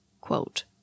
Quote